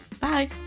Bye